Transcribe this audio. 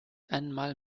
einmal